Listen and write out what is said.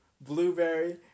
blueberry